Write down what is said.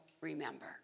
remember